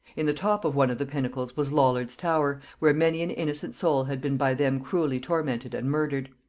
in the top of one of the pinnacles was lollards' tower, where many an innocent soul had been by them cruelly tormented and murdered.